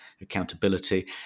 accountability